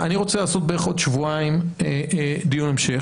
אני רוצה לעשות בערך בעוד שבועיים דיון המשך,